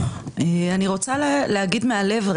אני רוצה לדבר מהלב.